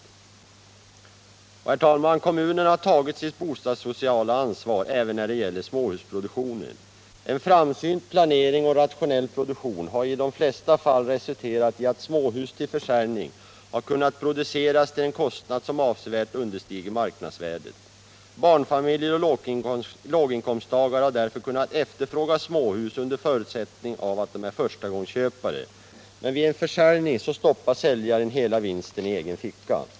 Herr talman! Kommunerna har tagit sitt bostadssociala ansvar även när det gäller småhusproduktionen. En framsynt planering och rationell produktion har i de flesta fall resulterat i att småhus till försäljning har kunnat produceras till en kostnad som avsevärt understiger marknadsvärdet. Barnfamiljer och låginkomsttagare har därför kunnat efterfråga småhus under förutsättning att de är förstagångsköpare. Men vid en för säljning stoppar säljaren hela vinsten i egen ficka.